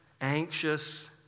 anxious